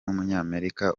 w’umunyamerika